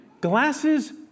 glasses